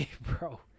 Bro